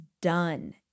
done